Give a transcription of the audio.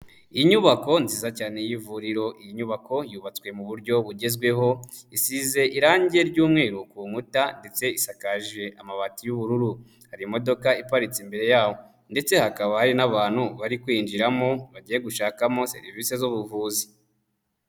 Inyubako nziza cyane y'ivuriro. Iyi nyubako yubatswe mu buryo bugezweho, isize irangi ry'umweru ku nkuta, ndetse isakaje amabati y'ubururu. Hari imodoka iparitse imbere yaho, ndetse hakaba hari n'abantu bari kwinjiramo, bagiye gushakamo serivisi z'ubuvuzi.